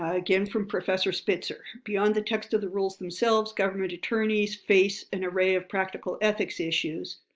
again, from professor spitzer, beyond the text of the rules themselves, government attorneys face an array of practical ethics issues.